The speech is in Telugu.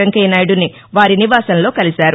వెంకయ్యనాయుడిని వారి నివాసంలో కలిశారు